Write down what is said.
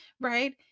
right